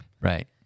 Right